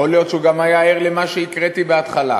יכול להיות שהוא גם היה ער למה שהקראתי בהתחלה,